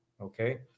okay